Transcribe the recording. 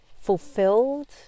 fulfilled